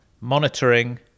monitoring